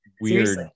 weird